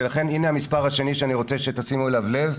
ולכן הינה המספר השני שאני רוצה שתשימו לב אליו.